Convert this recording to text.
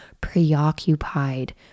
preoccupied